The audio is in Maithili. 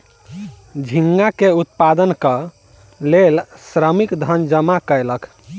झींगा के उत्पादनक लेल श्रमिक धन जमा कयलक